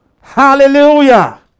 Hallelujah